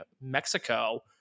Mexico